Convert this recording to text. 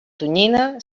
tonyina